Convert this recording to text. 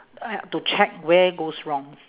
to check where goes wrong